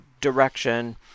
direction